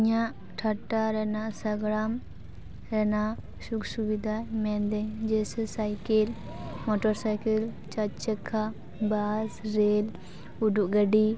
ᱤᱧᱟᱹᱜ ᱴᱷᱟᱴᱟ ᱨᱮᱱᱟᱜ ᱥᱟᱜᱟᱲᱚᱢ ᱨᱮᱱᱟᱜ ᱥᱩᱡᱩᱜ ᱥᱩᱵᱤᱫᱟ ᱢᱮᱱᱮᱫᱟᱹᱧ ᱡᱮᱥᱮ ᱥᱟᱭᱠᱮᱞ ᱢᱚᱴᱚᱨ ᱥᱟᱭᱠᱮᱞ ᱪᱟᱨ ᱪᱟᱠᱟ ᱵᱟᱥ ᱨᱮᱹᱞ ᱩᱰᱟᱹᱱ ᱜᱟᱹᱰᱤ